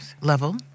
level